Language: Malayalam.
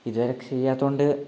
ഇതുവരെ ചെയ്യാത്തതുകൊണ്ട്